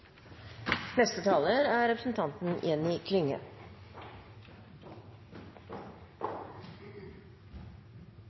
Første taler er representanten